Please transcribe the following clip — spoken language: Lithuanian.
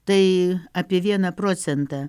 tai apie vieną procentą